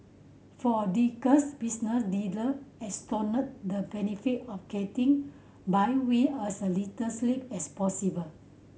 for business leader extolled the benefit of getting by with as a little sleep as possible